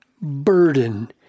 burden